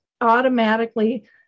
automatically